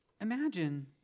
Imagine